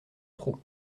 trop